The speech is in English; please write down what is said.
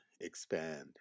expand